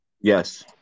Yes